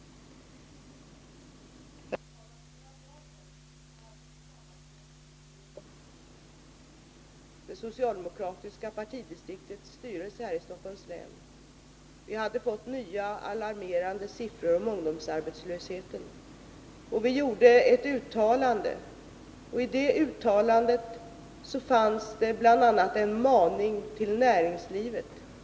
För några dagar sedan höll vi ett sammanträde i det socialdemokratiska partidistriktets styrelse här i Stockholms län. Vi hade fått nya alarmerande siffror om ungdomsarbetslösheten. Vi gjorde då ett uttalande, som bl.a. innehöll en maning till näringslivet.